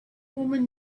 woman